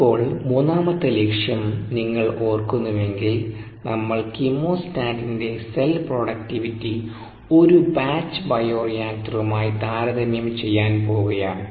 ഇപ്പോൾ മൂന്നാമത്തെ ലക്ഷ്യം നിങ്ങൾ ഓർക്കുന്നുവെങ്കിൽ നമ്മൾ കീമോസ്റ്റാറ്റിന്റെ സെൽ പ്രൊഡക്റ്റിവിറ്റി ഒരു ബാച്ച് ബയോറിയാക്ടറുമായി താരതമ്യം ചെയ്യാൻ പോവുകയായിരുന്നു